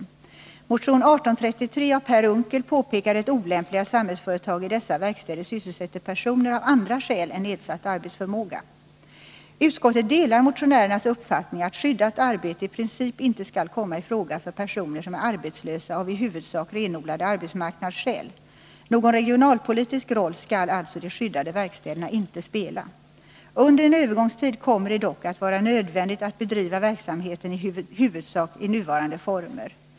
I motion 1833 av Per Unckel påpekas det olämpliga i att Samhällsföretag i dessa verkstäder sysselsätter personer av andra skäl än nedsatt arbetsförmåga. Utskottet delar motionärernas uppfattning att skyddat arbete i princip inte skall komma i fråga för personer som är arbetslösa av i huvudsak renodlade arbetsmarknadsskäl. Någon regionalpolitisk roll skall alltså de skyddade verkstäderna inte spela. Under en övergångstid kommer det dock att vara nödvändigt att bedriva verksamheten i huvudsak i nuvarande former.